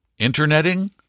interneting